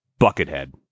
Buckethead